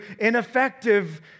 ineffective